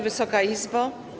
Wysoka Izbo!